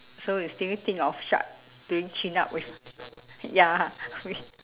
so you still think of shark doing chin up with ya with